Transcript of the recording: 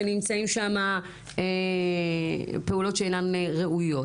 ונמצאים שם פעולות שאינן ראויות.